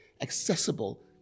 accessible